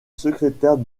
secrétaire